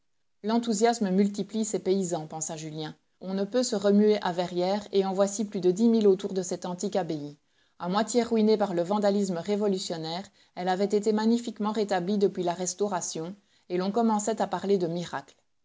l'enthousiasme multiplie ces paysans pensa julien on ne peut se remuer à verrières et en voici plus de dix mille autour de cette antique abbaye a moitié ruinée par le vandalisme révolutionnaire elle avait été magnifiquement rétablie depuis la restauration et l'on commençait à parler de miracles